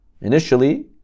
Initially